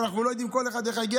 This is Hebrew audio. אבל אנחנו לא יודעים איך נגיע.